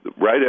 Right